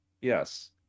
Yes